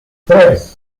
tres